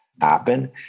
happen